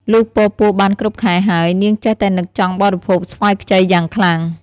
លុះពរពោះបានគ្រប់ខែហើយ នាងចេះតែនឹកចង់បរិភោគស្វាយខ្ចីយ៉ាងខ្លាំង។